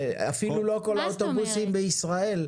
אפילו לא כל האוטובוסים בישראל,